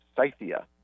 Scythia